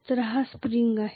तर हा स्प्रिंग आहे